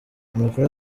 amakuru